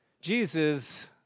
Jesus